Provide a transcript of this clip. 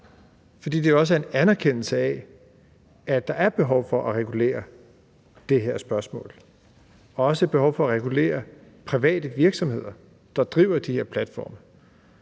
fordi det jo også er en anerkendelse af, at der er behov for at regulere det her spørgsmål, også et behov for at regulere private virksomheder, der driver de her platforme.